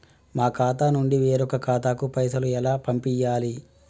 మా ఖాతా నుండి వేరొక ఖాతాకు పైసలు ఎలా పంపియ్యాలి?